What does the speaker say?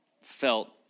felt